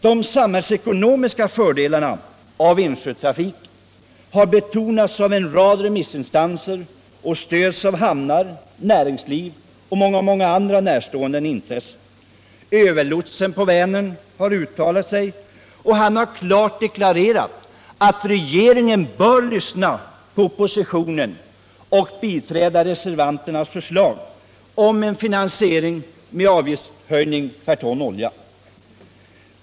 De samhällsekonomiska fördelarna av insjötrafiken har betonats av en rad remissinstanser och stöds av hamnar, näringsliv och många, många andra närstående intressen. Överlotsen på Vänern har uttalat sig och klart deklarerat att regeringen bör lyssna på oppositionen och biträda reservanternas förslag om en finansiering med avgiftshöjning per ton olja.